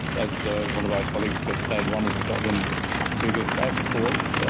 as one of our colleagues just said, one of scotland's biggest exports.